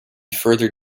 further